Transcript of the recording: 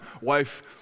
wife